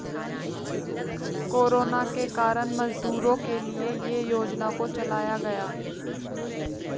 corona के कारण मजदूरों के लिए ये योजना को चलाया गया